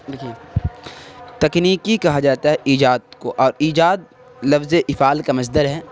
دیکھیے تکنیکی کہا جاتا ہے ایجاد کو اور ایجاد لفظ افعال کا مصدر ہے